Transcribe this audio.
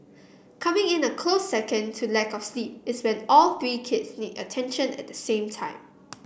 coming in a close second to lack of sleep is when all three kids need attention at the same time